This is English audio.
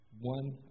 one